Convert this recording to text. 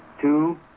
Two